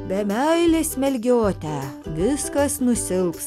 be meilės mergiotė viskas nusilps